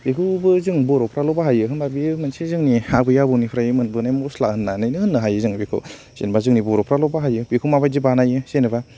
बेखौबो जों बर'फोराल' बाहायो होनब्ला बेयो मोनसे जोंनि आबै आबौमोननिफ्राय मोनबोनाय मस्ला होननानैनो होननो हायो जों बेखौ जेनेबा जोंनि बर'फोराल' बाहायो बेखौ माबादि बानायो जेनेबा